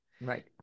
Right